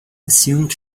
assumed